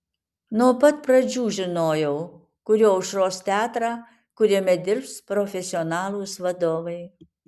nuo pat pradžių žinojau kuriu aušros teatrą kuriame dirbs profesionalūs vadovai